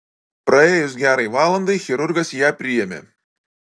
praėjus gerai valandai chirurgas ją priėmė